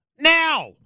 now